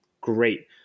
Great